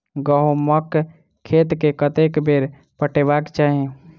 गहुंमक खेत केँ कतेक बेर पटेबाक चाहि?